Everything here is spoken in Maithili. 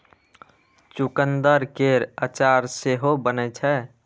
चुकंदर केर अचार सेहो बनै छै